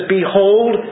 Behold